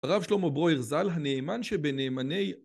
רב שלמה ברויער זל הנאמן שבנאמני